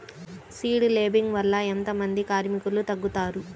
Seed లేంబింగ్ వల్ల ఎంత మంది కార్మికులు తగ్గుతారు?